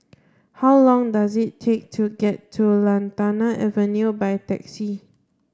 how long does it take to get to Lantana Avenue by taxi